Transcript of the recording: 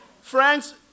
Friends